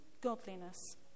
godliness